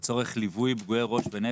לצורך ליווי פגועי ראש ונפש,